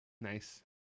Nice